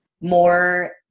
more